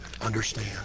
understand